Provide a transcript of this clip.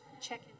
check